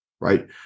right